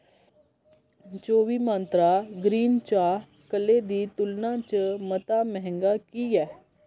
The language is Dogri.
चौह्बी मंत्रा ग्रीन चाह् कल्ले दी तुलना च मता मैंह्गा की ऐ